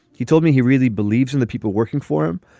he told me he really believes in the people working for him.